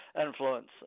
influence